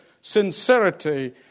sincerity